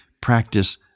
practice